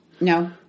no